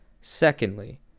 Secondly